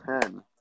ten